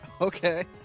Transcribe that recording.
Okay